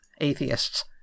atheists